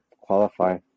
qualify